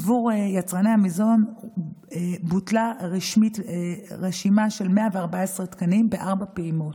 עבור יצרני המזון בוטלה רשמית רשימה של 114 תקנים בארבע פעימות.